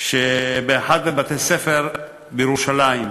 באחד מבתי-הספר בירושלים.